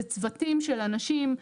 זה צוותים של אנשים.